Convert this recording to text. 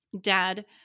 dad